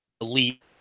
elite